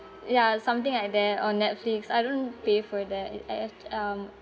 ya something like that or Netflix I don't pay for that and um